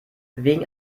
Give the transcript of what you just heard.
wegen